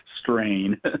strain